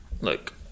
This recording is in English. Look